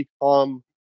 become